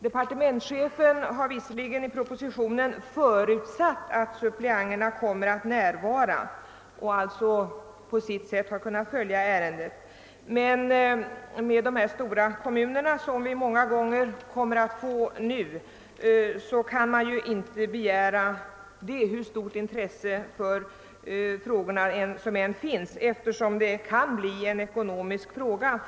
Departementschefen har visserligen i propositionen förutsatt att suppleanterna skall närvara och alltså på visst sätt följa ärendena, men i de stora kommuner som vi nu i många fall får kan man inte begära att de enskilda suppleanterna, hur stort intresse de än har, skall följa behandlingen av alla ärenden, eftersom det också kan bli en ekonomisk fråga.